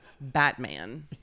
Batman